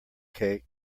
cake